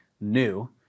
new